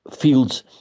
fields